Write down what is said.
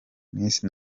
miss